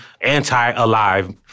anti-alive